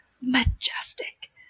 majestic